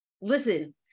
listen